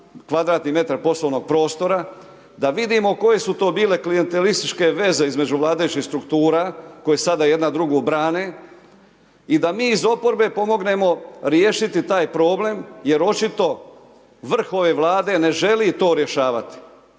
kvadratni metar poslovnog prostora da vidimo koje su to bile klijentelističke veze između vladajućih struktura koje sada jedna drugu brane i da mi iz oporbe pomognemo riješiti taj problem jer očito vrh ove Vlade ne želi to rješavati.